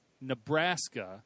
Nebraska